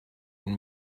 and